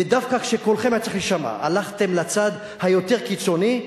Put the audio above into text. ודווקא כשקולכם היה צריך להישמע הלכתם לצד היותר קיצוני.